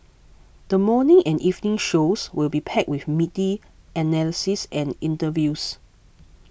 the morning and evening shows will be packed with meaty analyses and interviews